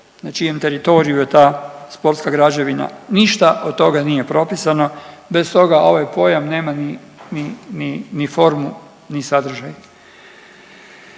na čijem teritoriju je ta sportska građevina. Ništa od toga nije propisano. Bez toga ovaj pojam nema ni formu, ni sadržaj.